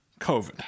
COVID